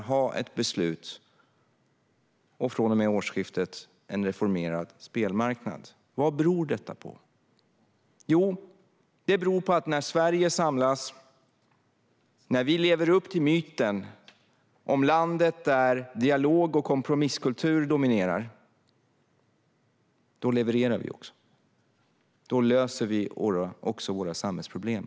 Från och med årsskiftet kommer vi att ha en reformerad spelmarknad. Vad beror detta på? Jo, det beror på att när Sverige samlas och när vi lever upp till myten om landet där dialog och kompromisskultur dominerar - då levererar vi också. Då löser vi våra samhällsproblem.